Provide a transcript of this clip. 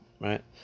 right